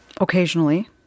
occasionally